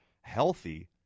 healthy